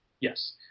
Yes